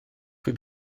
fydd